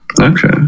Okay